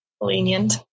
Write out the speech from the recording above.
lenient